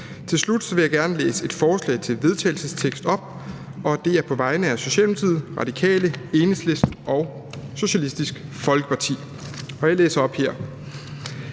Jeg vil her gerne læse et forslag til vedtagelse op, og det er på vegne af Socialdemokratiet, Radikale, Enhedslisten og Socialistisk Folkeparti: Forslag til